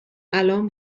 الان